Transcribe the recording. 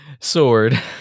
Sword